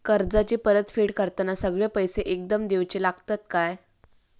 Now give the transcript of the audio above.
कर्जाची परत फेड करताना सगळे पैसे एकदम देवचे लागतत काय?